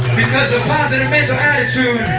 because of positive mental attitude,